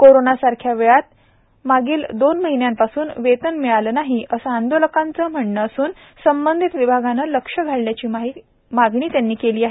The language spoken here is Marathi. कोरोना सारख्या वेळात देखील मागील दोन महिन्या पासून वेतन मिळाले नाही असे आंदोलकांचे म्हणणे असून संबंधित विभागाने लक्ष घालण्याची मागणी करण्यात आली आहे